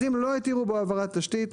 אז אם לא התירו בו העברת תשתית,